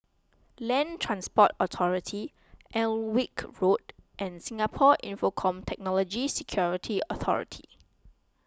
Land Transport Authority Alnwick Road and Singapore Infocomm Technology Security Authority